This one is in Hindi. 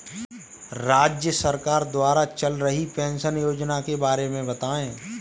राज्य सरकार द्वारा चल रही पेंशन योजना के बारे में बताएँ?